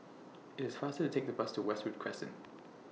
IT IS faster to Take The Bus to Westwood Crescent